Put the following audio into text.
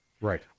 Right